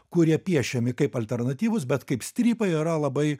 kurie piešiami kaip alternatyvūs bet kaip strypai yra labai